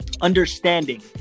understanding